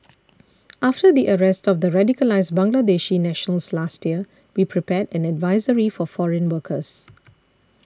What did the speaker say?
after the arrest of the radicalised Bangladeshi nationals last year we prepared an advisory for foreign workers